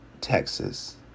Texas